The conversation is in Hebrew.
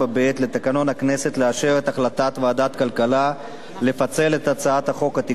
לאשר את החלטת ועדת הכלכלה לפצל את הצעת חוק התקשורת (בזק ושידורים)